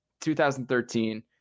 2013